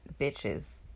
bitches